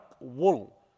wool